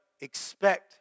expect